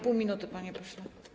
Pół minuty, panie pośle.